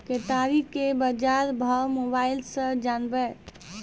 केताड़ी के बाजार भाव मोबाइल से जानवे?